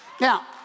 Now